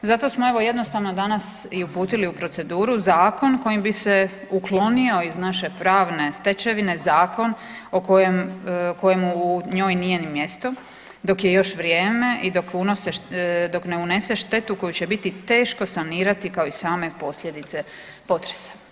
Zato smo evo jednostavno danas i uputili u proceduru zakon kojim bi se uklonio iz naše pravne stečevine zakon kojemu u njoj nije ni mjesto dok je još vrijeme i dok ne unose štetu koju će biti teško sanirati kao i same posljedice potresa.